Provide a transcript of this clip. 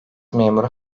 memuru